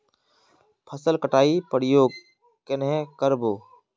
फसल कटाई प्रयोग कन्हे कर बो?